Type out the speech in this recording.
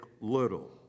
Little